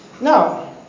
Now